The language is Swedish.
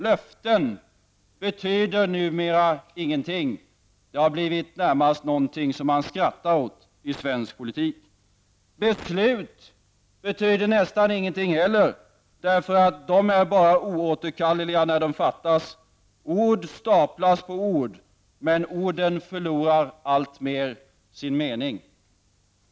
Löften betyder numera ingenting; de har blivit närmast någonting man skrattar åt i svensk politik. Beslut betyder nästan heller ingenting. De är nämligen bara oåterkalleliga när de fattas. Ord staplas på ord, men orden förlorar alltmer sin mening.